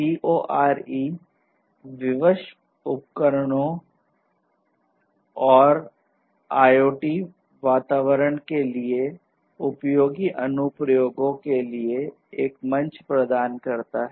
CoRE विवश IoT उपकरणों और IoT वातावरण के लिए उपयोगी अनुप्रयोगों के लिए एक मंच प्रदान करता है